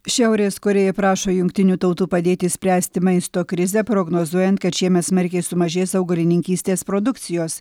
šiaurės korėja prašo jungtinių tautų padėti spręsti maisto krizę prognozuojant kad šiemet smarkiai sumažės augalininkystės produkcijos